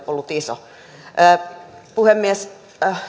ollut iso puhemies